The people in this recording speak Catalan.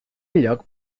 lloc